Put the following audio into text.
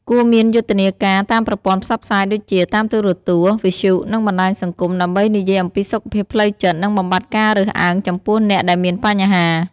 គួរមានយុទ្ធនាការតាមប្រព័ន្ធផ្សព្វផ្សាយដូចជា តាមទូរទស្សន៍ វិទ្យុ និងបណ្ដាញសង្គម ដើម្បីនិយាយអំពីសុខភាពផ្លូវចិត្ត និងបំបាត់ការរើសអើងចំពោះអ្នកដែលមានបញ្ហា។